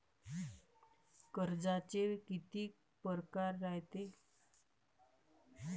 कर्जाचे कितीक परकार रायते?